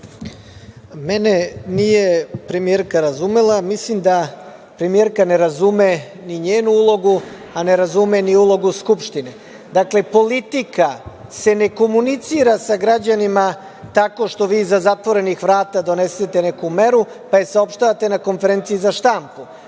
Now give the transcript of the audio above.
Mene nije premijerka razumela. Mislim da premijerka ne razume ni njenu ulogu, a ne razume ni ulogu Skupštine. Dakle, politika se ne komunicira sa građanima tako što vi iza zatvorenih vrata donesete neku meru pa je saopštavate na konferenciji za štampu.